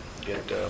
get